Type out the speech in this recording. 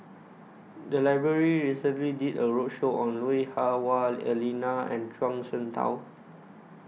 The Library recently did A roadshow on Lui Hah Wah Elena and Zhuang Shengtao